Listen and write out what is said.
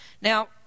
Now